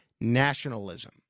nationalism